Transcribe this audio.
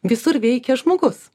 visur veikia žmogus